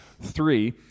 three